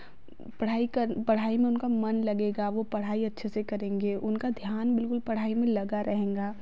पढ़ाई कर पढ़ाई में उनका मन लगेगा वे पढ़ाई अच्छे से करेंगे उनका ध्यान बिलकुल पढ़ाई में लगा रहेगा